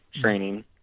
training